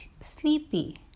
sleepy